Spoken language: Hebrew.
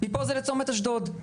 מפה זה לצומת אשדוד.